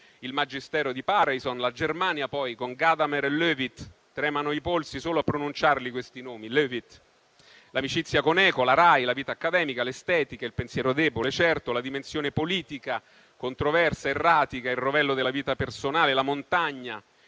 il magistero di Pareyson, la Germania con Gadamer e Löwith (tremano i polsi solo a pronunciarli questi nomi), l'amicizia con Eco, la RAI, la vita accademica, l'estetica, il pensiero debole - certo -, la dimensione politica (controversa, erratica), il rovello della vita personale, la montagna,